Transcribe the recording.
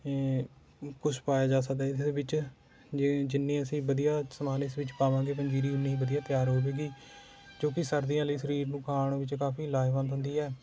ਏ ਕੁਛ ਪਾਇਆ ਜਾ ਸਕਦਾ ਹੈ ਇਹਦੇ ਵਿੱਚ ਜੇ ਜਿੰਨੀ ਅਸੀਂ ਵਧੀਆ ਸਮਾਨ ਇਸ ਵਿੱਚ ਪਾਵਾਂਗੇ ਪੰਜੀਰੀ ਓਨੀ ਹੀ ਵਧੀਆ ਤਿਆਰ ਹੋਜੂਰੀ ਜੋ ਕਿ ਸਰਦੀਆਂ ਲਈ ਸਰੀਰ ਨੂੰ ਖਾਣ ਵਿੱਚ ਕਾਫ਼ੀ ਲਾਹੇਵੰਦ ਹੁੰਦੀ ਹੈ